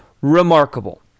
remarkable